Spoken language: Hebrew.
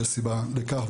יש סיבה לכך,